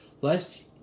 Lest